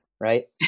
right